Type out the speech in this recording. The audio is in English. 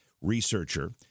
researcher